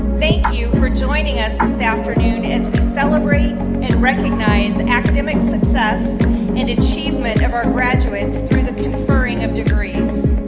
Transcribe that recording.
thank you for joining us this afternoon as we celebrate and recognize academic success and achievement of our graduates through the conferring of degrees.